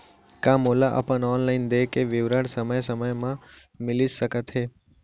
का मोला अपन ऑनलाइन देय के विवरण समय समय म मिलिस सकत हे?